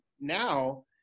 now –